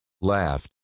laughed